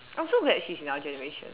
I'm just glad she's in our generation